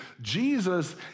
Jesus